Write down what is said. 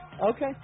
Okay